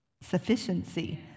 sufficiency